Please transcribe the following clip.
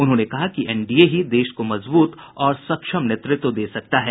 उन्होंने कहा कि एनडीए ही देश को मजबूत और सक्षम नेतृत्व दे सकता है